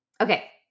Okay